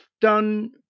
done